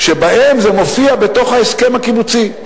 שבהם זה מופיע בתוך ההסכם הקיבוצי.